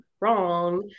wrong